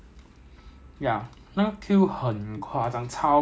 but reasona~ the line is reasonably long